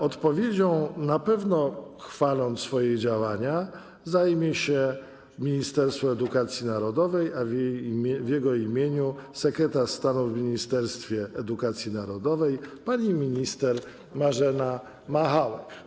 Odpowiedzią, na pewno chwaląc swoje działania, zajmie się Ministerstwo Edukacji Narodowej, a w jego imieniu sekretarz stanu w Ministerstwie Edukacji Narodowej pani minister Marzena Machałek.